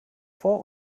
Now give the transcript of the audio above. vor